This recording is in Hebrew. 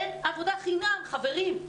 אין עבודה חינם, חברים.